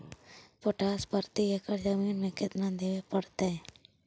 Potash प्रति एकड़ जमीन में केतना देबे पड़तै?